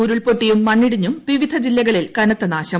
ഉരുൾപൊട്ടിയും മണ്ണിടിഞ്ഞും വിവിധ ജില്ലകളിൽ കനത്ത നാശം